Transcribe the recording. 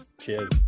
cheers